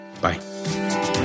bye